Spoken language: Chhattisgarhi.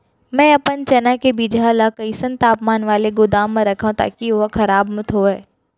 मैं अपन चना के बीजहा ल कइसन तापमान वाले गोदाम म रखव ताकि ओहा खराब मत होवय?